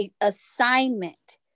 assignment